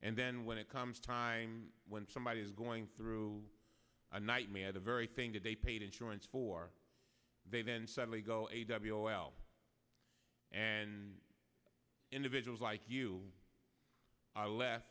and then when it comes time when somebody is going through a nightmare the very thing that they paid insurance for they then suddenly go a w o l and individuals like you are left